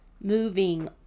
moving